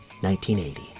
1980